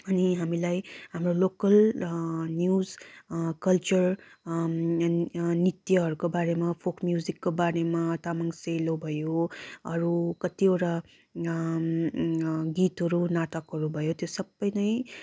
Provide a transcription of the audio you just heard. अनि हामीलाई हाम्रो लोकल न्युज कल्चर नृत्यहरूको बारेमा फोक म्यूजिकको बारेमा तामाङ सेलो भयो अरू कतिवटा गीतहरू नाटकहरू भयो त्यो सबै नै